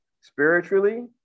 spiritually